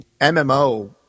MMO